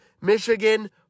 Michigan